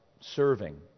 serving